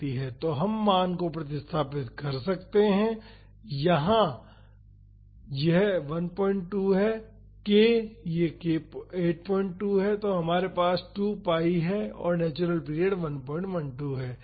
तो हम मान को प्रतिस्थापित कर सकते हैं I यहाँ 12 है k यह 82 है तो हमारे पास 2 pi है और नेचुरल पीरियड 112 है